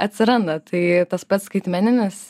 atsiranda tai tas pats skaitmeninis